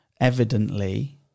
evidently